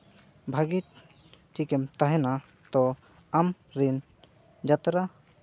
ᱵᱷᱟᱹᱜᱤ ᱴᱷᱮᱠᱮᱢ ᱛᱟᱦᱮᱱᱟ ᱛᱚ ᱟᱢᱨᱤᱱ ᱡᱟᱛᱨᱟ